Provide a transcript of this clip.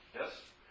Yes